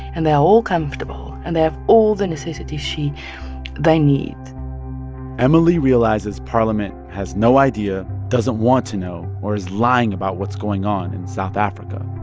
and they're all all comfortable, and they have all the necessities she they need emily realizes parliament has no idea, doesn't want to know or is lying about what's going on in south africa.